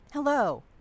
Hello